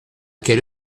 quelle